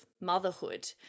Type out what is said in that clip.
motherhood